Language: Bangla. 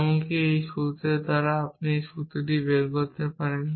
এমনকি এই সূত্রটি থেকেও আমরা এই সূত্রটি বের করতে পারি